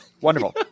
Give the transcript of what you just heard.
Wonderful